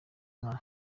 inka